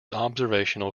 observational